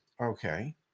Okay